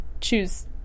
choose